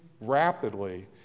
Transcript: rapidly